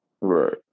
Right